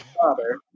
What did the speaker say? father